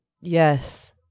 Yes